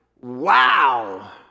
wow